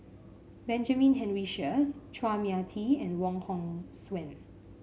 Benjamin Henry Sheares Chua Mia Tee and Wong Hong Suen